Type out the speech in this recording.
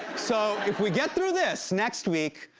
so, if we get through this, next week,